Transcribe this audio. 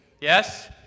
Yes